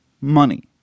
Money